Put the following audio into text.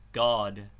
god.